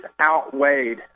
outweighed